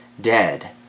dead